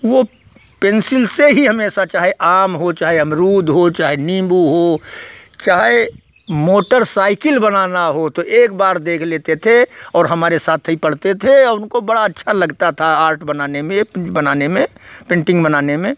वह पेन्सिल से ही हमेशा चाहे आम हो चाहे अमरूद हो चाहे नीम्बू हो चाहे मोटरसाइकिल बनाना हो तो एक बार देख लेते थे और हमारे साथ ही पढ़ते थे उनको बड़ा अच्छा लगता था आर्ट बनाने में यह बनाने में पेन्टिन्ग बनाने में